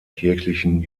kirchlichen